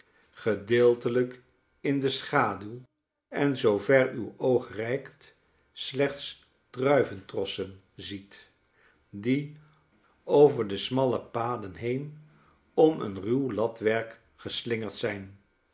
gedeeltelijk in de schaduw en zoover uw oog reikt slechts druiventrossen ziet die over de smalle paden heen om een ruw latwerk geslingerd zijn